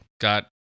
got